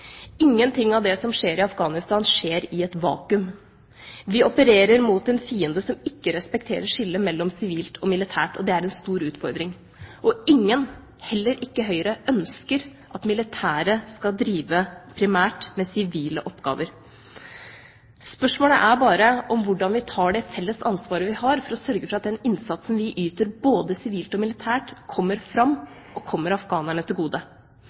Ingenting av det som skjer i Afghanistan, skjer i et vakuum. Vi opererer mot en fiende som ikke respekterer skillet mellom sivilt og militært, og det er en stor utfordring. Ingen – heller ikke Høyre – ønsker at militære primært skal drive med sivile oppgaver. Spørsmålet er bare hvordan vi tar det felles ansvaret vi har for å sørge for at den innsatsen vi yter, både sivilt og militært, kommer fram og kommer afghanerne til gode.